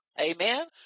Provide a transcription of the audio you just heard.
Amen